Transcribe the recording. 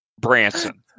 Branson